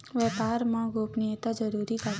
व्यापार मा गोपनीयता जरूरी काबर हे?